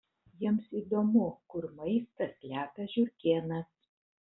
jiems įdomu kur maistą slepia žiurkėnas